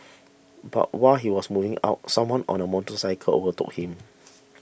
but while he was moving out someone on a motorcycle overtook him